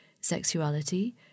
sexuality